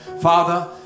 Father